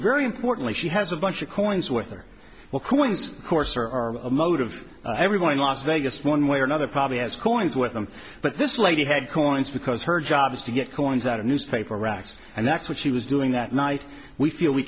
very importantly she has a bunch of coins with her well coins courser are a motive everyone in las vegas one way or another probably has coins with them but this lady had coins because her job was to get coins out of newspaper racks and that's what she was doing that night we feel we